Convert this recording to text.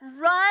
run